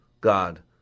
God